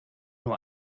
nur